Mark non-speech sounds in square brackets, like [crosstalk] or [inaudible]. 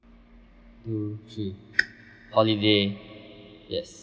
two three [noise] holiday yes